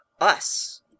us